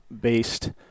based